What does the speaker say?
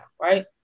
right